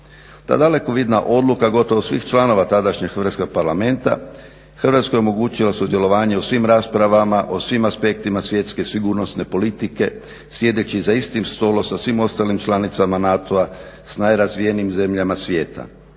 Ta dalekovidna odluka gotovo svih članova tadašnjeg Hrvatskog parlamenta Hrvatskoj je omogućila sudjelovanje u svim raspravama, o svim aspektima svjetske sigurnosne politike sjedeći za istim stolom sa svim ostalim članicama NATO-a s najrazvijenijim zemljama svijeta.